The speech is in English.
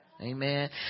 Amen